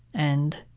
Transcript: and,